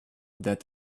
that